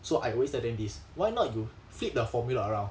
so I always tell them this why not you flip the formula around